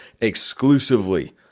exclusively